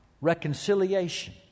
reconciliation